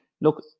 Look